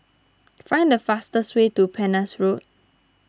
find the fastest way to Penhas Road